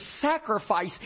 sacrifice